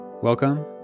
Welcome